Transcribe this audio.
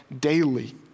daily